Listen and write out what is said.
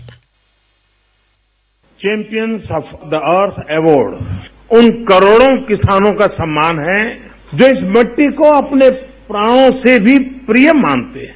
bite champion of the earth award उन करोड़ों किसानों का सम्मान है जो इस मिट्टी को अपने प्राणों से भी प्रिय मानते है